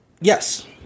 Yes